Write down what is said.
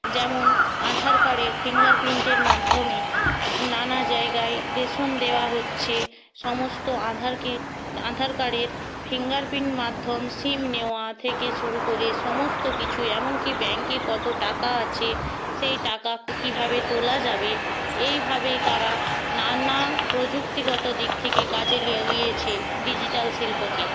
যেমন আধার কার্ডের ফিঙ্গার প্রিন্টের মাধ্যমে নানা জায়গায় রেশন দেওয়া হচ্ছে সমস্ত আধারকে আধার কার্ডের ফিঙ্গার প্রিন্ট মাধ্যম সিম নেওয়া থেকে শুরু করে সমস্ত কিছু এমনকি ব্যাংকে কত টাকা আছে সেই টাকা কীভাবে তোলা যাবে এইভাবেই তারা নানা প্রযুক্তিগত দিক থেকে কাজে লাগিয়েছে ডিজিটাল শিল্পকে